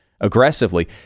aggressively